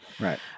Right